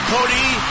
Cody